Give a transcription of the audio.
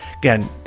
again